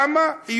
למה?